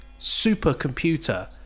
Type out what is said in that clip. supercomputer